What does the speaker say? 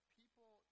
people